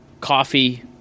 coffee